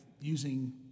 using